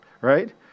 right